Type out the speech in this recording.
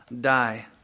die